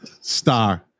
star